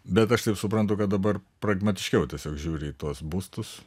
bet aš taip suprantu kad dabar pragmatiškiau tiesiog žiūri į tuos būstus